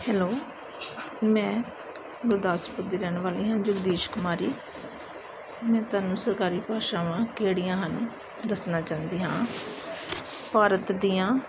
hello ਮੈਂ ਗੁਰਦਾਸਪੁਰ ਦੀ ਰਹਿਣ ਵਾਲੀ ਹਾਂ ਜਗਦੀਸ਼ ਕੁਮਾਰੀ ਮੈਂ ਤੁਹਾਨੂੰ ਸਰਕਾਰੀ ਭਾਸ਼ਾਵਾਂ ਕਿਹੜੀਆਂ ਹਨ ਦੱਸਣਾ ਚਾਹੁੰਦੀ ਹਾਂ ਭਾਰਤ ਦੀਆਂ